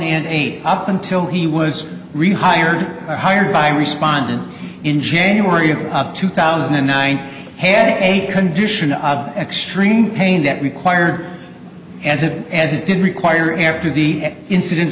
and eight up until he was rehired or hired by responded in january of two thousand and nine had a condition of extreme pain that required as it as it did require after the inciden